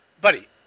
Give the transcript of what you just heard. Buddy